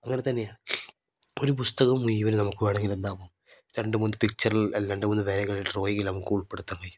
അങ്ങനെ തന്നെയാണ് ഒരു പുസ്തകം മുഴുവൻ നമുക്ക് വേണമെങ്കിലും എന്താവും രണ്ടു മൂന്ന് പിക്ചറ്ൽ അല്ലെങ്കിൽ രണ്ട് മൂന്ന് വരകളിൽ ഡ്രോയിങിൽ നമുക്ക് ഉൾപ്പെടുത്താൻ കഴിയും